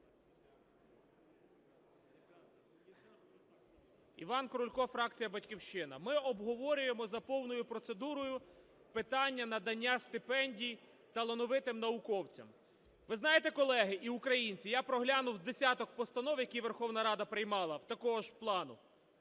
Іван Крулько, фракція "Батьківщина". Ми обговорюємо за повною процедурою питання надання стипендій талановитим науковцям. Ви знаєте, колеги і українці, я проглянув з десяток постанов, які Верховна Рада приймала такого ж плану